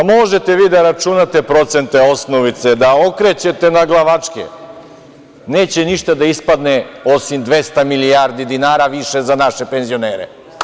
Možete vi da računate procente, osnovice, da okrećete naglavačke, neće ništa da ispadne osim 200 milijardi dinara više za naše penzionere.